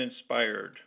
inspired